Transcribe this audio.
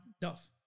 Duff